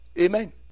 Amen